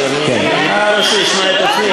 כי אני לא שומע את עצמי,